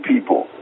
people